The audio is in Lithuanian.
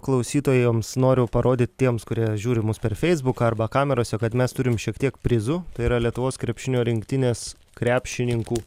klausytojams noriu parodyt tiems kurie žiūri mus per feisbuką arba kamerose kad mes turim šiek tiek prizų tai yra lietuvos krepšinio rinktinės krepšininkų